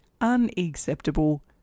unacceptable